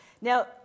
Now